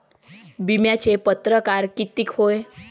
बिम्याचे परकार कितीक हाय?